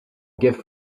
gift